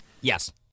Yes